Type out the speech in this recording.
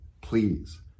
please